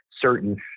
certain